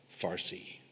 Farsi